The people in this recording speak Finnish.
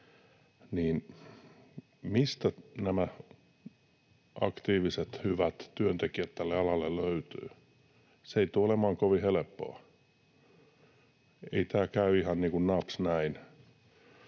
Mistä nämä aktiiviset, hyvät työntekijät tälle alalle löytyvät? Se ei tule olemaan kovin helppoa. Ei tämä käy ihan niin kuin